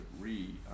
re